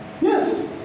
yes